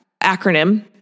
acronym